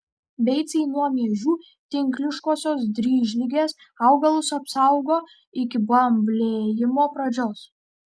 beicai nuo miežių tinkliškosios dryžligės augalus apsaugo iki bamblėjimo pradžios